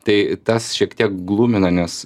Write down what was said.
tai tas šiek tiek glumina nes